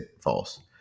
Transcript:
false